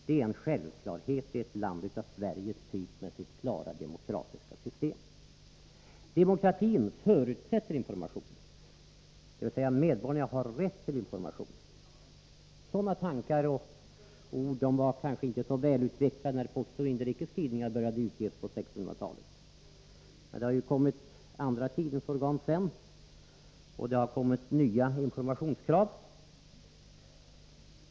Det är en självklarhet i ett land av Sveriges typ med sitt klara demokratiska system. Demokratin förutsätter information, dvs. medborgarna har rätt till information. Sådana tankar var kanske inte så välutvecklade när Postoch Inrikes Tidningar började utges på 1600-talet. Det har tillkommit andra tidningsorgan sedan dess, och det har kommit nya informationskrav.